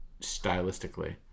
stylistically